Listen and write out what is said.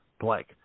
blank